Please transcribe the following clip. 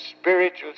spiritual